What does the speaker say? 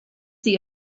sie